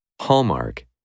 Hallmark